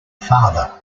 father